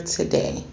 today